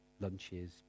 lunches